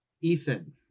Ethan